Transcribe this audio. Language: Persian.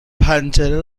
پنجره